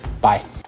Bye